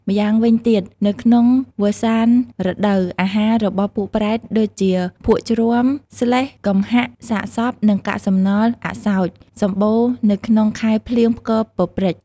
ម្យ៉ាងវិញទៀតនៅក្នុងវស្សានរដូវ អាហាររបស់ពួកប្រេត ដូចជាភក់ជ្រាំ ស្លេស្ម៍ កំហាក សាកសព និងកាកសំណល់អសោចិ៍ សម្បូរនៅក្នុងខែភ្លៀងផ្គរពព្រិច។